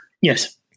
Yes